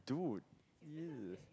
dude !ee!